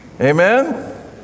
amen